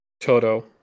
toto